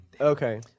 Okay